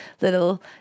little